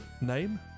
name